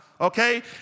Okay